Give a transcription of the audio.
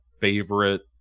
favorite